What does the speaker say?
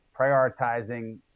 prioritizing